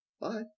Bye